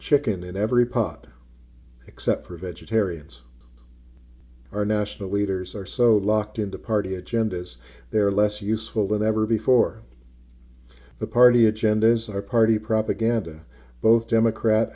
chicken in every pot except for vegetarians our national leaders are so locked into party agendas they're less useful than ever before the party agendas are party propaganda both democrat